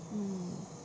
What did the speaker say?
mm